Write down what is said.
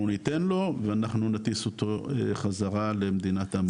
אנחנו ניתן לו ואנחנו נטיס אותו חזרה למדינת המוצא שלו.